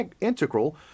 integral